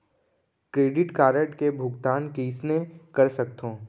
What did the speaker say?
Credit card के भुगतान कइसने कर सकथो?